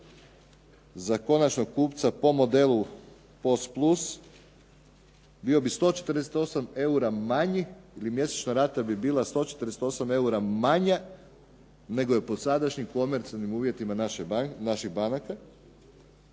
za konačnog kupca po modelu POS plus bio bi 148 eura manji ili mjesečna rata bi bila 148 eura manja nego je po sadašnjim komercijalnim uvjetima naših banaka.